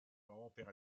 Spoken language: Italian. opera